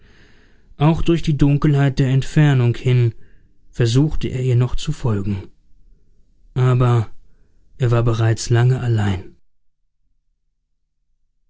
auch durch die dunkelheit der entfernung hin versuchte er ihr noch zu folgen aber er war bereits lange allein